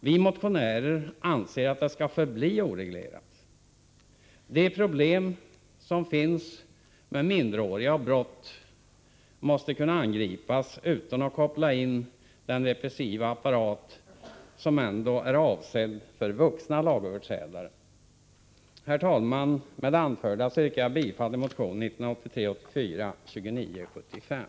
Vi motionärer anser att det skall förbli oreglerat. De problem som är förknippade med minderåriga och brott måste kunna angripas utan att man kopplar in den repressiva apparat som ändå är avsedd för vuxna lagöverträdare. Herr talman! Med det anförda yrkar jag bifall till motionen 1983/84:2975.